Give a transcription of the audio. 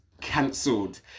cancelled